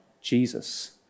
Jesus